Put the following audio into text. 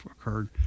occurred